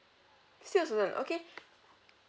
still a student okay